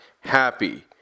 happy